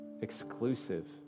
exclusive